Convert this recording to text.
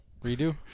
Redo